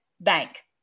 bank